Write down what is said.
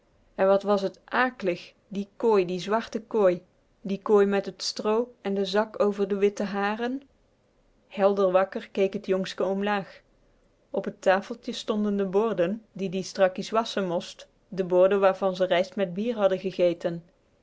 en wat was t aaklig die kooi die zwarte kooi die kooi met t stroo en den zak over de witte haren helder wakker keek t jongske omlaag op t tafeltje stonden de borden die die strakkies wasschen most de borden waarvan ze rijst met bier hadden gegeten